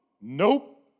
Nope